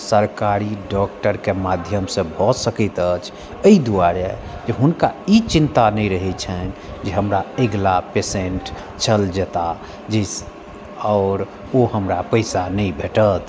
सरकारी डॉक्टरके माध्यमसँ भऽ सकैत अछि एहि दुआरे जे हुनका ई चिन्ता नहि रहैत छनि जे हमरा अगिला पेशेन्ट चलि जेताह जाहिसँ आओर ओ हमरा पैसा नहि भेटत